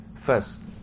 first